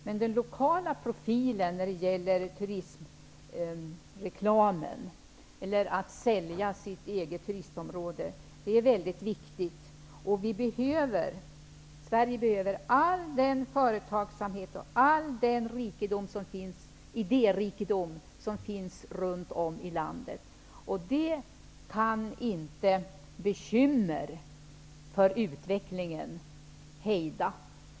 Men den lokala profilen när det gäller turistreklamen eller att sälja det egna turistområdet är väldigt viktig. Sverige behöver all den företagsamhet och all den idérikedom som finns runt om i landet. Det kan inte bekymmer för utvecklingen hejda.